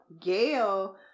Gail